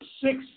six